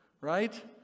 right